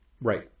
Right